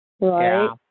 right